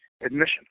admission